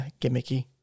gimmicky